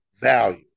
value